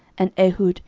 and ehud,